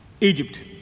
Egypt